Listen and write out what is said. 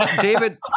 David